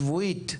שבועית.